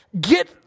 get